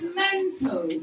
mental